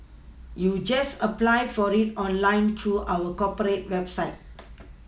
you just apply for it online through our corporate website